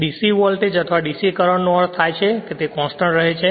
DC voltage અથવા DC current નો અર્થ થાય છે કે તે કોંસ્ટંટરહે છે